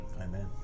Amen